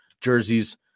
jerseys